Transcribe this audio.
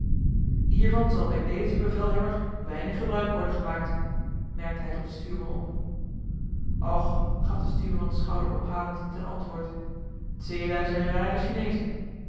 hiervan zal bij dezen bevelvoerder weinig gebruik worden gemaakt merkte hij tot den stuurman op och gaf de stuurman schouderophalend ten antwoord zeelui zijn rare chineezen